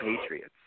Patriots